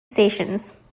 stations